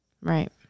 Right